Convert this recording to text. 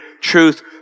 truth